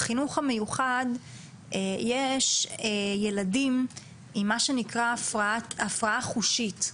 בחינוך המיוחד יש ילדים עם מה שנקרא הפרעה חושית,